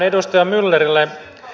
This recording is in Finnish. edustaja myllerille